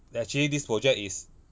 actually this project is